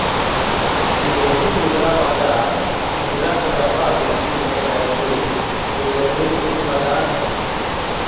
विदेशी मुद्रा बाजार मुद्रा के व्यापार लगी एक वैश्विक विकेंद्रीकृत बाजार हइ